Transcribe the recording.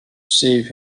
save